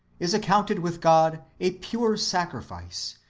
is accounted with god a pure sacrifice,